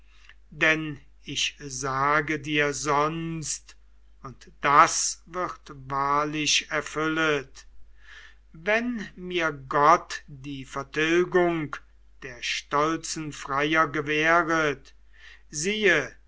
denn ich sage dir sonst und das wird wahrlich erfüllet wenn mir gott die vertilgung der stolzen freier gewähret siehe